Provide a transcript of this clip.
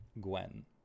Gwen